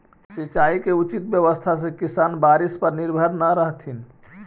सिंचाई के उचित व्यवस्था से किसान बारिश पर निर्भर न रहतथिन